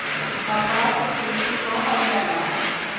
कपड़ा के सूती कहल जाला